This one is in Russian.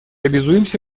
обязуемся